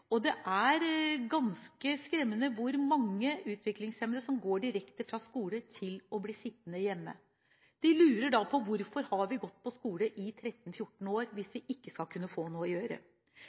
og det er ganske skremmende hvor mange utviklingshemmede som går direkte fra skole til å bli sittende hjemme. De lurer på hvorfor de har gått på skole i 13–14 år hvis de ikke skal kunne få noe å gjøre.